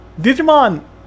Digimon